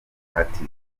artist